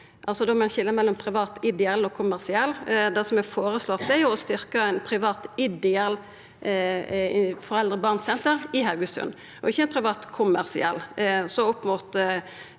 at ein må skilja mellom privat ideell og privat kommersiell. Det som er føreslått, er å styrkja eit privat ideelt foreldre og barn-senter i Haugesund, ikkje eit privat kommersielt.